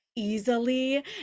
easily